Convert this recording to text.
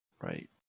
right